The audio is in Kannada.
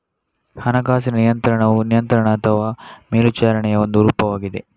ಹಣಕಾಸಿನ ನಿಯಂತ್ರಣವು ನಿಯಂತ್ರಣ ಅಥವಾ ಮೇಲ್ವಿಚಾರಣೆಯ ಒಂದು ರೂಪವಾಗಿದೆ